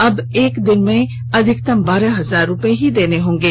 अब एक दिन में अधिकतम बारह हजार रूपये ही देने होंगे